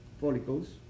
follicles